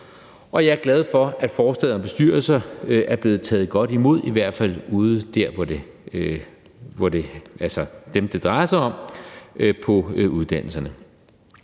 Og jeg er glad for, at forslaget om bestyrelser er blevet taget godt imod, i hvert fald af dem, som det drejer sig om, nemlig